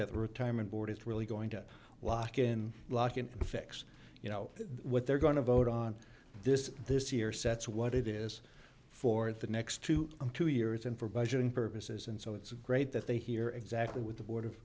the retirement board is really going to walk in lock in and fix you know what they're going to vote on this this year so that's what it is for the next two and two years and for budgeting purposes and so it's great that they hear exactly what the board of